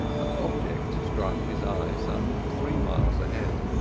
an object struck his eye some three miles ahead.